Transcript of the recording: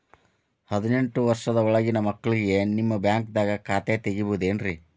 ಹದಿನೆಂಟು ವರ್ಷದ ಒಳಗಿನ ಮಕ್ಳಿಗೆ ನಿಮ್ಮ ಬ್ಯಾಂಕ್ದಾಗ ಖಾತೆ ತೆಗಿಬಹುದೆನ್ರಿ?